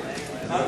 תוותר, אורי.